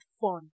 fun